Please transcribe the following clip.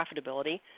profitability